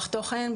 "מצמיחים".